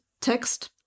text